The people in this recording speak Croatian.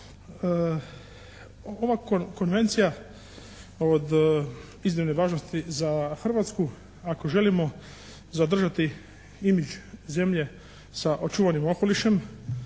Ova konvencija od iznimne važnosti za Hrvatsku ako želimo zadržati imidž zemlje sa očuvanim okolišem,